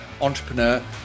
entrepreneur